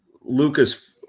lucas